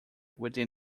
within